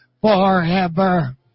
forever